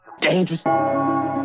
dangerous